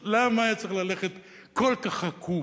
אז למה היה צריך ללכת כל כך עקום?